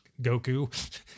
Goku